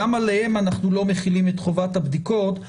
גם עליהם אנחנו לא מחילים את חובת הבדיקות,